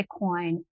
Bitcoin